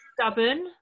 stubborn